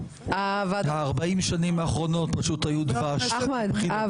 ה-40 שנים האחרונות פשוט היו דבש...עוד